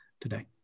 today